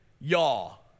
y'all